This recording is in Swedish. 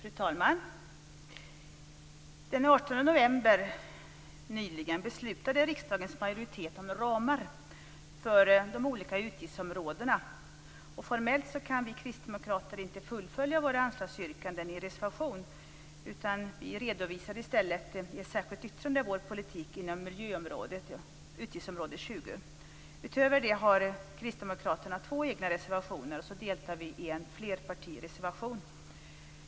Fru talman! Nyligen, den 18 november, beslutade riksdagens majoritet om ramar för de olika utgiftsområdena. Formellt kan vi kristdemokrater inte fullfölja våra anslagsyrkanden i en reservation. Vi redovisar i stället i ett särskilt yttrande vår politik inom miljöområdet och utgiftsområde 20. Utöver det har kristdemokraterna två egna reservationer, och vi deltar också i en flerpartireservation.